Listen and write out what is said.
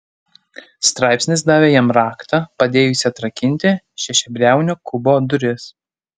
straipsnis davė jam raktą padėjusį atrakinti šešiabriaunio kubo duris